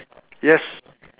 yes